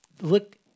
look